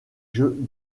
jeux